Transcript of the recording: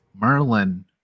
Merlin